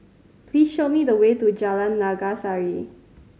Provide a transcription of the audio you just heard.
please show me the way to Jalan Naga Sari